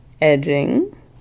edging